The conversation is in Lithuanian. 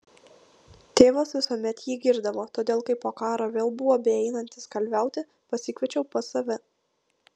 tėvas visuomet jį girdavo todėl kai po karo vėl buvo beeinantis kalviauti pasikviečiau pas save